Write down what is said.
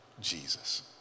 Jesus